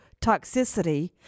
toxicity